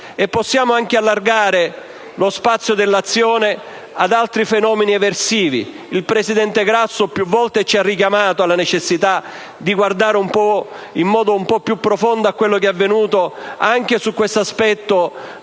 possibile anche allargare lo spazio d'azione ad altri fenomeni eversivi. Il presidente Grasso più volte ci ha richiamato alla necessità di guardare in modo un po' più profondo a ciò che è avvenuto anche su tale